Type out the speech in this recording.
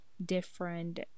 different